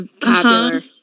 popular